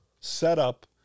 setup